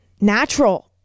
natural